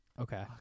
Okay